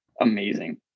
amazing